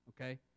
okay